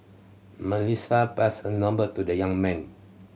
Melissa passed her number to the young man